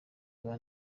bwa